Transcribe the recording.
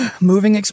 Moving